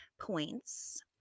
points